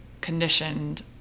conditioned